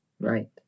Right